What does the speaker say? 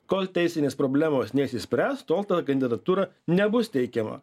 kol teisinės problemos neišsispręs tol ta kandidatūra nebus teikiama